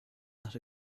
not